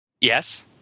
Yes